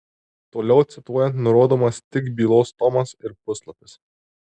toliau cituojant nurodomas tik bylos tomas ir puslapis